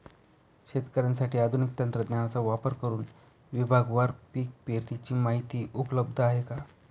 शेतकऱ्यांसाठी आधुनिक तंत्रज्ञानाचा वापर करुन विभागवार पीक पेरणीची माहिती उपलब्ध आहे का?